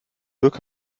glück